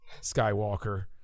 Skywalker